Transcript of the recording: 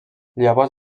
llavors